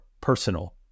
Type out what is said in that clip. personal